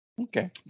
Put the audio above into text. okay